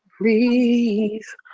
Please